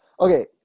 okay